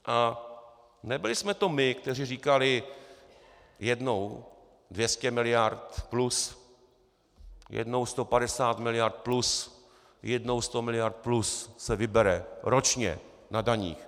A nebyli jsme to my, kteří říkali jednou 200 mld. plus, jednou 150 mld. plus, jednou 100 mld. plus se vybere ročně na daních.